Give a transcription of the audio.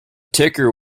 ticker